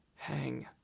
Hang